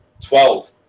Twelve